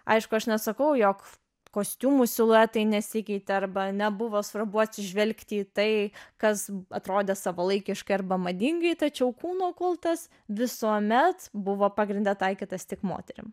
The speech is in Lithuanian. aišku aš nesakau jog kostiumų siluetai nesikeitė arba nebuvo svarbu atsižvelgti į tai kas atrodė savalaikiškai arba madingai tačiau kūno kultas visuomet buvo pagrinde taikytas tik moterims